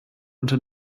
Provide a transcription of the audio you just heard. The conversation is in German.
unter